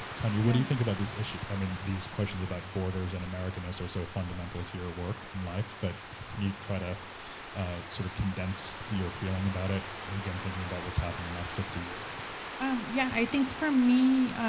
tanya, what do you think about this issue? i mean these questions about borders and americanness are so fundamental to your work and life, but can you try to sort of condense your feeling about it. again, thinking about what's happened the last fifty years. tanya um yeah, i think for me,